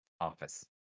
office